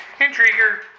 Intriguer